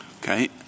Okay